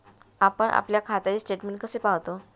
आपण आपल्या खात्याचे स्टेटमेंट कसे पाहतो?